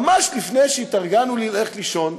ממש לפני שהתארגנו ללכת לישון,